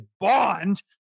bond